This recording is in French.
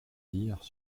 dires